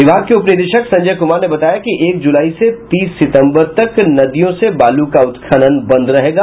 विभाग के उपनिदेश संजय कुमार ने बताया कि एक जुलाई से तीस सितंबर तक नदियों से बालू का उत्खनन बंद रहेगा